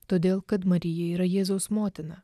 todėl kad marija yra jėzaus motina